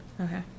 Okay